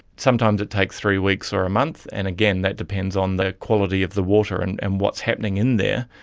sometimes it takes three weeks or a month, and again, that depends on the quality of the water and and what is happening in there.